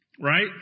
Right